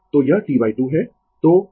तो यह T2 है